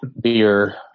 beer